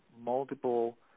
multiple